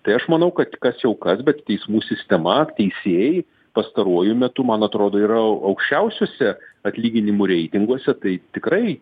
tai aš manau kad kas jau kas bet teismų sistema teisėjai pastaruoju metu man atrodo yra aukščiausiuose atlyginimų reitinguose tai tikrai